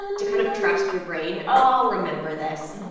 to kind of trust your brain. oh, i'll remember this.